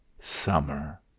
summer